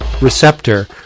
receptor